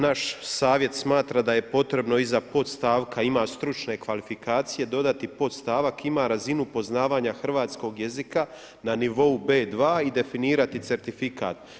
Naš savjet smatra da je potrebno iza pod stavka, „ima stručne kvalifikacije“ dodati podstavak „ima razinu poznavanja hrvatskog jezika na nivou B2“ i definirati certifikat.